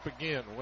again